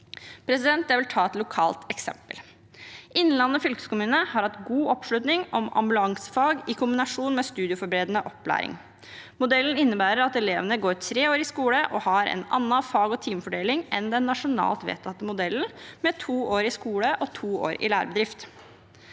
ytterligere. Jeg vil ta et lokalt eksempel. Innlandet fylkeskommune har hatt god oppslutning om ambulansefag i kombinasjon med studieforberedende opplæring. Modellen innebærer at elevene går tre år i skole og har en annen fag- og timefordeling enn den nasjonalt vedtatte modellen med to år i skole og to år i lærebedrift.